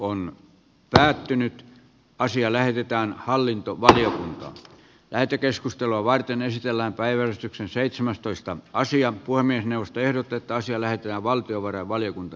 puhemiesneuvosto ehdottaa että asia lähetetään hallintovaliokuntaan lähetekeskustelua varten ei sisällä päivystyksen seitsemästoista asian voimme nousta ehdotetaan siellä ja valtiovarainvaliokuntaan